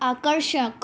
आकर्षक